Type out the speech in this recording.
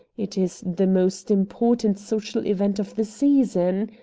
it is the most important social event of the season.